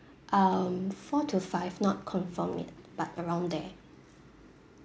um four to five not confirmed yet but around there